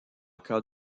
cas